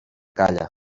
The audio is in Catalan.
calla